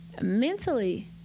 Mentally